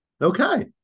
Okay